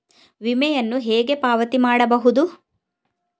ವಿಮೆಯನ್ನು ಹೇಗೆ ಪಾವತಿ ಮಾಡಬಹುದು?